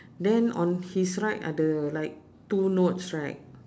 then on his right ada like two notes right